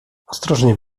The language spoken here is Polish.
ostrożnie